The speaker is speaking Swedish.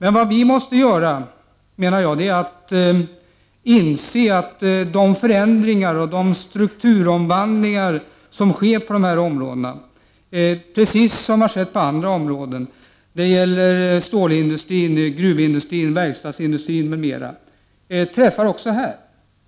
Enligt min mening måste vi inse att strukturomvandlingarna på dessa områden — liksom på andra områden som stålindustrin, gruvindustrin och verkstadsindustrin — motsvaras av strukturomvandlingar också här.